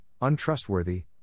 untrustworthy